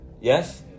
Yes